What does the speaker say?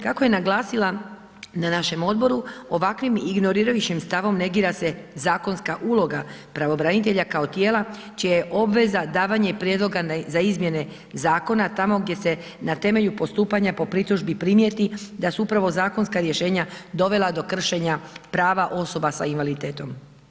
Kako je naglasila, na našem Odboru, ovakvim, ignorirajući stavom, negira se zakonska uloga pravobranitelja, kao tijela, čija je obveza davanje prijedloga za izmjene zakona, tamo gdje se na temelju nastupanja, po pritužbi primijeti, da su upravo zakonska rješenja, dovela do kršenja prava osoba s invaliditetom.